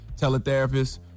teletherapist